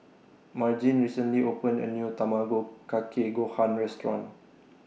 Margene recently opened A New Tamago Kake Gohan Restaurant